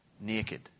Naked